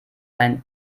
einen